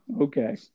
okay